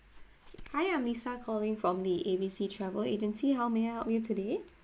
hi I'm lisa calling from the A B C travel agency how may I help you today